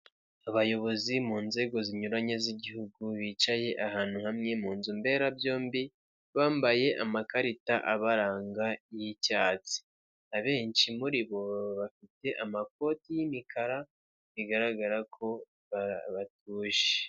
Abayobozi mu nzego zinyuranye z'igihugu bicaye ahantu hamwe mu nzu mberabyombi bambaye amakarita abaranga y'icyatsi, abenshi muri bo bafite amakoti y'imikara bigaragara ko batuje.